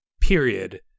period